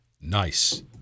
Nice